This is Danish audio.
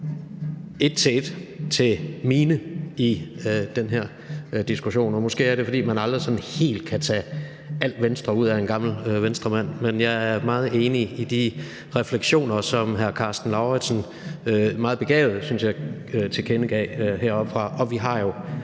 et for et – til mine i den her diskussion. Måske er det, fordi man aldrig sådan helt kan tage al Venstre ud af en gammel Venstremand, men jeg er meget enig i de refleksioner, som hr. Karsten Lauritzen meget begavet, synes jeg, tilkendegav heroppefra. Vi har jo